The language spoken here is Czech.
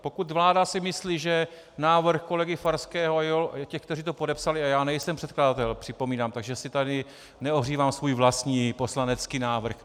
Pokud vláda si myslí, že návrh kolegy Farského a těch, kteří to podepsali a já nejsem předkladatel, připomínám, takže si tady neohřívám svůj vlastní poslanecký návrh.